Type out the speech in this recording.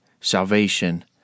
salvation